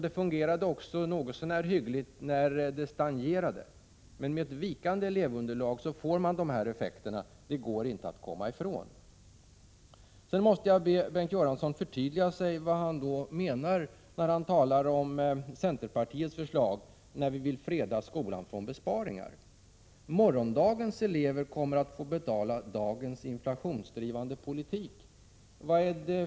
Det fungerade något så när hyggligt när elevunderlaget stagnerade. Men med ett vikande elevunderlag får man de här effekterna — det går inte att komma ifrån. Sedan måste jag be Bengt Göransson förtydliga vad han menar när han talar om centerpartiets förslag för att freda skolan från besparingar. Morgondagens elever kommer att få betala dagens inflationsdrivande politik, sade Bengt Göransson.